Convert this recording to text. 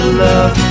love